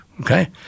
Okay